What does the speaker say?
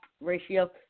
ratio